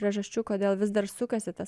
priežasčių kodėl vis dar sukasi tas